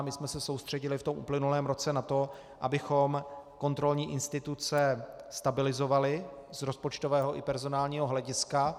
My jsme se soustředili v uplynulém roce na to, abychom kontrolní instituce stabilizovali z rozpočtového i personálního hlediska.